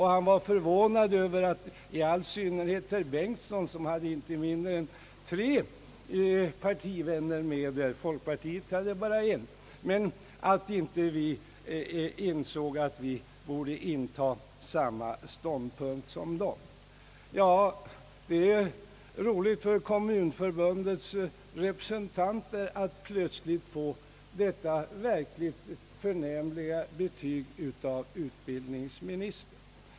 Han var förvånad över att herr Bengtson, med inte mindre än tre partivänner i förbundet, och jag — folkpartiet har ju bara en medlem där — inte insåg att vi borde inta samma ståndpunkt som dessa medlemmar i förbundet. Det är ju roligt för Kommunförbundets representanter att plötsligt få detta verkligt förnämliga betyg av utbild ningsministern.